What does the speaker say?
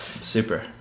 super